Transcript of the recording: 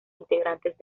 integrantes